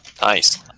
Nice